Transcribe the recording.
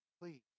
please